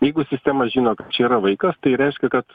jeigu sistema žino kad čia yra vaikas tai reiškia kad